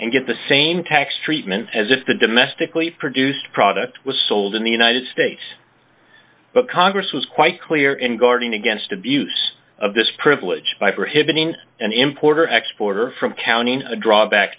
and get the same tax treatment as if the domestically produced product was sold in the united states but congress was quite clear in guarding against abuse of this privilege by prohibiting an importer export or from counting a drawback